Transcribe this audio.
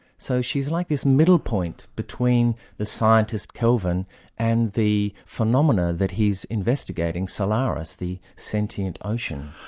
so she's like this middle point between the scientist kelvin and the phenomena that he's investigating, solaris, the sentient ocean.